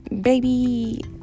baby